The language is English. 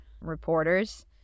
reporters